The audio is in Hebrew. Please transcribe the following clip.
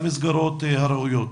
למסגרות הראויות.